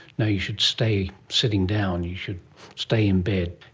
no, you should stay sitting down, you should stay in bed.